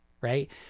right